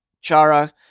Chara